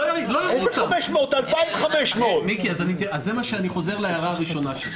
לא 500 אלא 2,500. אז אני חוזר להערה הראשונה שלי.